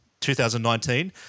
2019